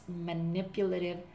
manipulative